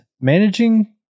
managing